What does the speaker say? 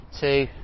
two